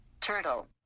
turtle